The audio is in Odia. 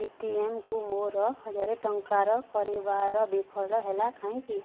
ପିଟିଏମକୁ ମୋର ହଜାର ଟଙ୍କାର କାରବାର ବିଫଳ ହେଲା କାହିଁକି